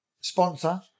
Sponsor